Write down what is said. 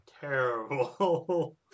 terrible